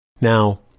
Now